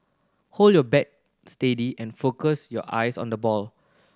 hold your bat steady and focus your eyes on the ball